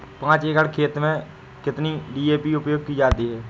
पाँच एकड़ खेत में कितनी डी.ए.पी उपयोग की जाती है?